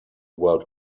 world